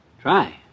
Try